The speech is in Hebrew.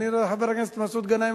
חבר הכנסת מסעוד גנאים,